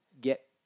get